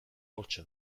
hortxe